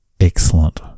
excellent